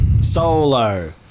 Solo